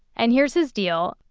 and here's his deal.